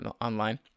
online